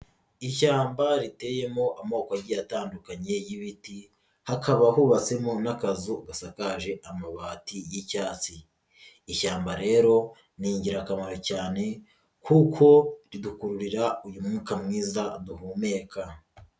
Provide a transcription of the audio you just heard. Ishyamba riteyemo amoko agiye atandukanye y'ibiti hakaba hubatswemo n'akazu gasakaje amabati y'icyatsi, ishyamba rero ni ingirakamaro cyane kuko ridukururira uyu mwuka mwiza duhumeka.